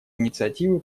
инициативы